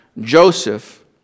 Joseph